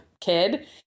kid